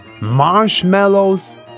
marshmallows